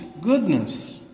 goodness